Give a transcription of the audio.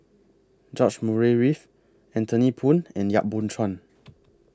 George Murray Reith Anthony Poon and Yap Boon Chuan